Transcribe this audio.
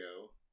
go